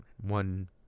One